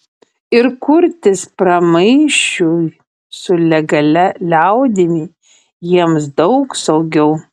ir kurtis pramaišiui su legalia liaudimi jiems daug saugiau